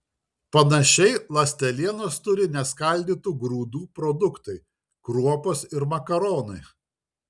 panašiai ląstelienos turi neskaldytų grūdų produktai kruopos ir makaronai